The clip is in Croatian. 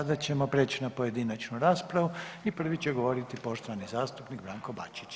Sada ćemo preći na pojedinačnu raspravu i prvi će govoriti poštovani zastupnik Branko Bačić.